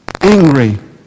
angry